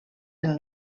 del